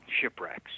shipwrecks